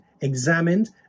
examined